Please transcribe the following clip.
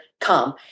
come